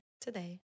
today